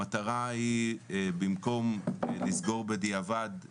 המטרה היא, במקום לסגור בדיעבד פערים,